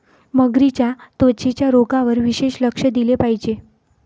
मगरींच्या त्वचेच्या रोगांवर विशेष लक्ष दिले पाहिजे